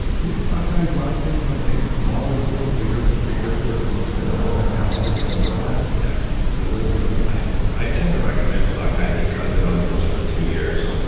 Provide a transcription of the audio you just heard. i think sockeye, wild salmon's okay. small is good, bigger bigger is worse like you said. one hundred pound halibut, you don't eat that yup but a little one? okay i tend to recommend sockeye because it only lives for two years,